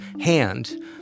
hand